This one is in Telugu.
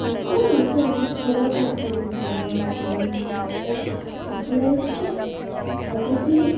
ఎక్కువ నాతో ఎం గొడవ పడతూ ఉంటారు మా చెల్లిళ్ళు ఇప్పుడైతే బడికి